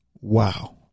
Wow